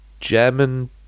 german